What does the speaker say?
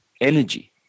energy